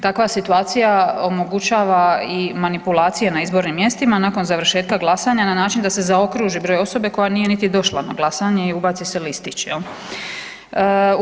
Takva situacija omogućava i manipulacije na izbornim mjestima nakon završetka glasanja na način da se zaokruži broj osobe koja nije niti došla na glasanje i ubaci se listić, je li.